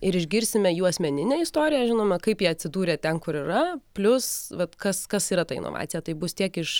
ir išgirsime jų asmeninę istoriją žinome kaip jie atsidūrė ten kur yra plius vat kas kas yra ta inovacija tai bus tiek iš